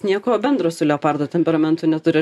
nieko bendro su leopardo temperamentu neturi